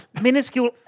minuscule